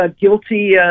guilty